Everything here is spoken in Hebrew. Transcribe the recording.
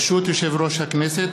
ברשות יושב-ראש הכנסת,